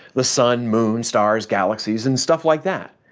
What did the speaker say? the sun, moon, stars, galaxies, and stuff like that.